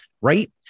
Right